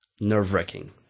nerve-wracking